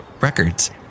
records